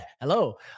hello